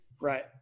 right